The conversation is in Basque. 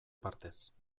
partez